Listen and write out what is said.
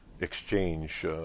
exchange